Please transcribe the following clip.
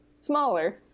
Smaller